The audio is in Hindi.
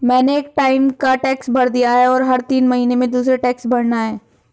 मैंने एक टाइम का टैक्स भर दिया है, और हर तीन महीने में दूसरे टैक्स भरना है